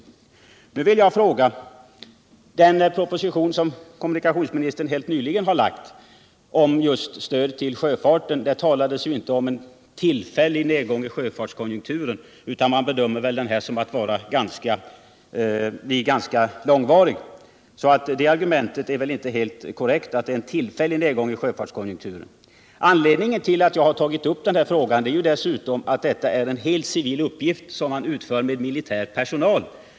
I den proposition om stöd till sjöfarten som kommunikationsministern nyligen har framlagt talas det inte om någon ”tillfällig” nedgång i sjöfartskonjunkturen, utan nedgången bedöms kunna bli ganska långvarig. Argumentet att det skulle vara en tillfällig nedgång i sjöfartskonjunkturen är därför inte korrekt. Skälet till att jag har tagit upp den här frågan är att detta är en helt civil uppgift som utförs med militär personal.